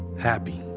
happy.